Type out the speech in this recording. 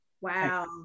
Wow